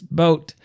boat